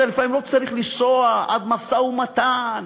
לנסוע עד משא-ומתן,